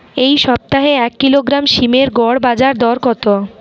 এই সপ্তাহে এক কিলোগ্রাম সীম এর গড় বাজার দর কত?